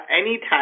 anytime